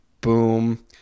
Boom